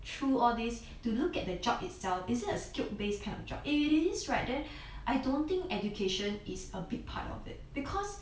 through all this to look at the job itself is it a skilled based kind of job if it is right then I don't think education is a big part of it because